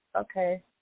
okay